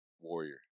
Warrior